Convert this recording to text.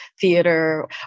theater